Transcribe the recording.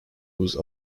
whose